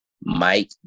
mike